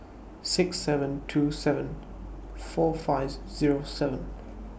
six seven two seven four five Zero seven